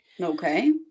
Okay